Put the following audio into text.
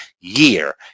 year